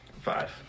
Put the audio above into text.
five